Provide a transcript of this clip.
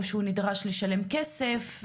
או שהוא נדרש לשלם כסף,